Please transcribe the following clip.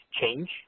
change